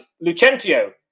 Lucentio